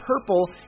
PURPLE